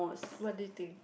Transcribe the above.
what do you think